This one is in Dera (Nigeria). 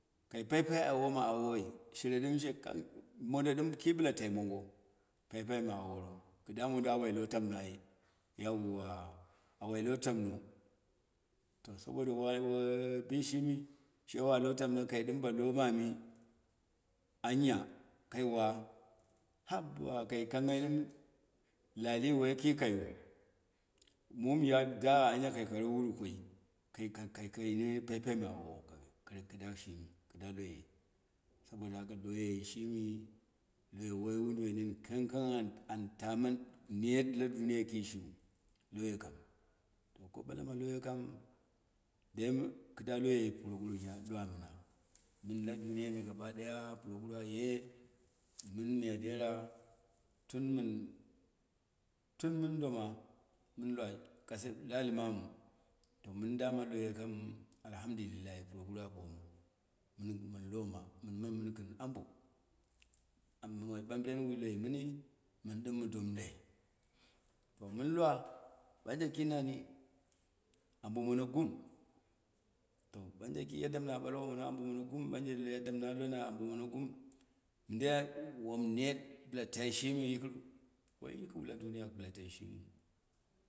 Kai paipai awowo ma awoi, shire ɗɨm she kang modo ɗɨm ki bɨla tia mongo paipai ma aworo kɨda mondo awai lotammo ai yauwa a woi lo tammo, to saboda wa bishimi, she wa to tammo kai ɗɨm bo lo mama anya kai wa, habba kai konghai ɗim lahi woi kaiyu, mu muya dagha dagha anya kai kara wuru koi, kai kai kai ne paipai ma awo kara kɨ da shimi kɨda loyoi, saboda haka loyi shimi, loye woi wodu woi nini kang kang an an ta mani net la duniya ki shiu, loyo kam, ko balama loyo kam, dai mɨn, kɨda loyoi puro guru ya kwa mɨna, mɨn la duniyai me gaba ɗaya puroguru a ye mɨn miya dera, tun mɨn, tun mɨn doma mɨn lwa kasa, lahi mamu, to mɨn dama layo kam alhamdulillahi puroguru a ɓomu, mɨn loma, mɨn ma mɨn kɨn abo, abo ma ɓa mbren wu loi mɨn ma mɨni, mɨn ɗim mɨ dom loi to mɨn lwa, banje ili nawi, abo mono guan, to banje ki yadda mɨna ɓalwo abo mor gum to bam je ki yadda mna bao mono abo monogum, banje yadda ne lona gbomono gum, mɨndai wom net bɨla tai shɨmi yi kɨru? Woi yɨkiu ladu niyua bɨla tai shimiu.